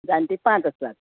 जाण्टी पांच आसात